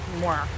More